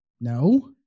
No